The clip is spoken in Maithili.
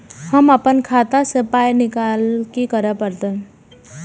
हम आपन खाता स पाय निकालब की करे परतै?